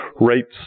rates